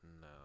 No